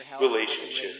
relationships